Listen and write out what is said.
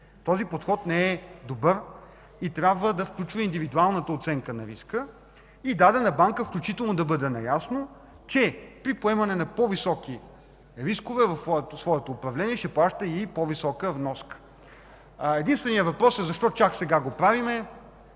Този подход не е добър и трябва да включва индивидуалната оценка на риска. Дадена банка трябва да е наясно, че при поемане на по-високи рискове в своето управление, ще плаща и по-висока вноска. Единственият въпрос е защо чак сега го правим.